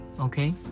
okay